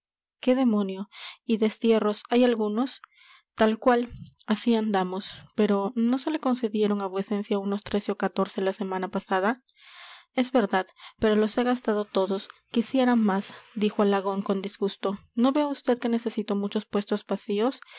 qué demonio y destierros hay algunos tal cual así andamos pero no se le concedieron a vuecencia unos trece o catorce la semana pasada es verdad pero los he gastado todos quisiera más dijo alagón con disgusto no ve vd que necesito muchos puestos vacíos